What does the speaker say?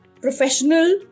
professional